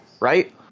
right